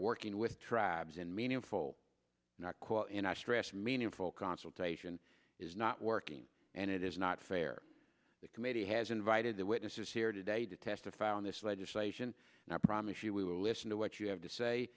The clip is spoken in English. working with tribes in meaningful not quite and i stress meaningful consultation is not working and it is not fair the committee has invited the witnesses here today to testify on this legislation and i promise you we will listen to what you have to say